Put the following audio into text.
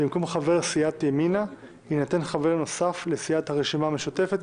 במקום חבר סיעת ימינה יינתן חבר נוסף לסיעת הרשימה המשותפת,